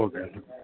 okay